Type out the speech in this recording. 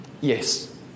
yes